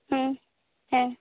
ᱦᱮᱸ